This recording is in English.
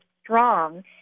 strong